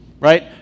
Right